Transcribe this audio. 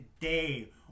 today